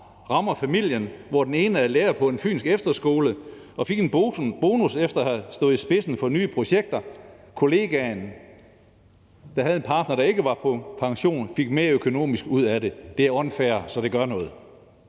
rammer familien, hvor den ene er lærer på en fynsk efterskole og fik en bonus efter at have stået i spidsen for nye projekter, mens kollegaen, der havde en partner, der ikke var på pension, fik mere ud af det økonomisk. Det er unfair, så det gør noget!